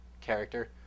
character